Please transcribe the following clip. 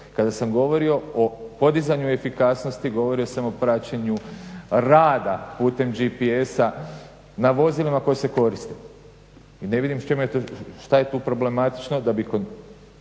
Kada sam govorio o podizanju efikasnosti, govorio sam o praćenju rada putem GPS-a na vozilima koja se koriste i ne vidim što je tu problematično da bi